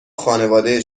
خانواده